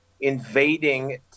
invading